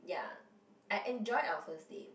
ya I enjoyed our first date